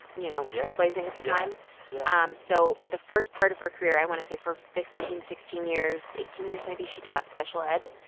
you know. yeah. trailblazing at the time um so the first part of her career i want to say for fifteen, sixteen years, eighteen years, maybe she taught special ed